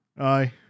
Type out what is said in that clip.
Aye